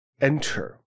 enter